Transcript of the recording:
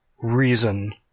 reason